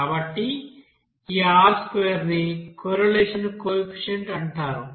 కాబట్టి ఈ R2 ని కొర్రెలేషన్ కోఎఫిసిఎంట్ అంటారు